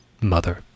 Mother